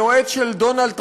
היועץ של דונלד טראמפ,